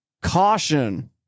Caution